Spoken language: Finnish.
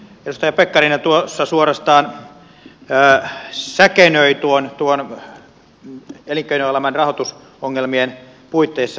edustaja pekkarinen tuossa suorastaan säkenöi noiden elinkeinoelämän rahoitusongelmien puitteissa